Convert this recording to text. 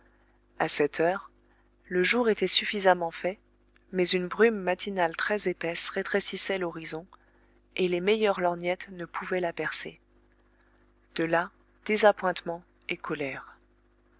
a sept heures le jour était suffisamment fait mais une brume matinale très épaisse rétrécissait l'horizon et les meilleures lorgnettes ne pouvaient la percer de là désappointement et colère